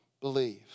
Believe